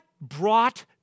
brought